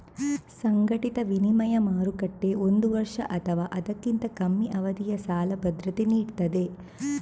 ಸಂಘಟಿತ ವಿನಿಮಯ ಮಾರುಕಟ್ಟೆ ಒಂದು ವರ್ಷ ಅಥವಾ ಅದಕ್ಕಿಂತ ಕಮ್ಮಿ ಅವಧಿಯ ಸಾಲ ಭದ್ರತೆ ನೀಡ್ತದೆ